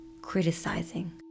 criticizing